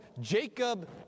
Jacob